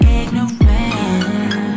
ignorant